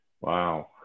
Wow